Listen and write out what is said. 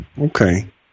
okay